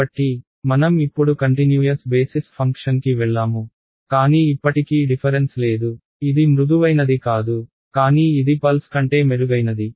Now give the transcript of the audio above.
కాబట్టి మనం ఇప్పుడు కన్టిన్యూయస్ బేసిస్ ఫంక్షన్కి వెళ్లాము కానీ ఇప్పటికీ డిఫరెన్స్ లేదు ఇది మృదువైనది కాదు కానీ ఇది పల్స్ కంటే మెరుగైనది